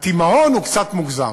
התימהון הוא קצת מוגזם.